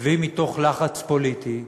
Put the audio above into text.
ואם מתוך לחץ פוליטי.